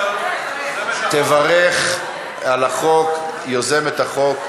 תברך על החוק יוזמת החוק,